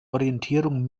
orientierung